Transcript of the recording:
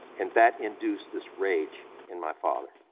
and that induced this rage in my father.